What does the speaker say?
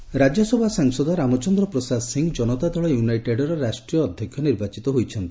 JDU president Rajya Sabha ସାଂସଦ ରାମଚନ୍ଦ୍ର ପ୍ରସାଦ ସିଂହ କନତା ଦଳ ୟୁନାଇଟେଡ୍ର ରାଷ୍ଟ୍ରୀୟ ଅଧ୍ୟକ୍ଷ ନିର୍ବାଚିତ ହୋଇଛନ୍ତି